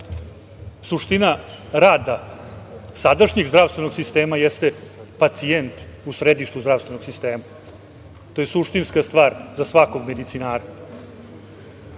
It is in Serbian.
suština rada sadašnjeg zdravstvenog sistema jeste pacijent u središtu zdravstvenog sistema. To je suštinska stvar za svakog medicinara. Danas